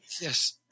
Yes